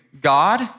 God